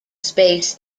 space